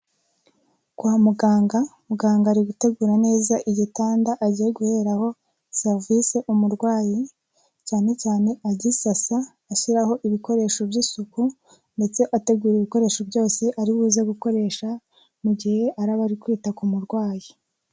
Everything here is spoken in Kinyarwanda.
Kwa muganga, muganga ari gutegura neza igitanda agiye guheraho serivisi umurwayi, cyane cyane agisasa, ashyiraho ibikoresho by'isuku, ndetse ategura ibikoresho byose aribuze gukoresha mu gihe araba ari kwita ku murwayi.